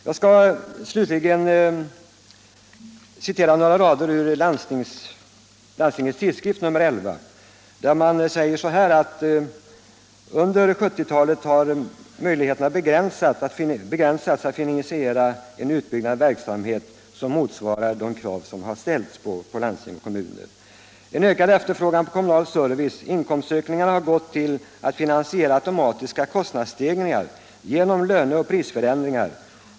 Jag skall slutligen citera några rader ur Landstingens Tidskrift nr 11. Där säger man att möjligheterna att finansiera en utbyggd verksamhet, som motiveras av nya åtaganden, befolkningsförändringar och ökad efterfrågan på kommunal service, under 1970-talet har begränsats. ”Inkomstökningarna har gått åt till att finansiera automatiska kostnadsstegringar genom löneoch prisförändringar.